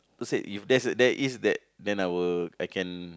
who say if there's there is there then I will I can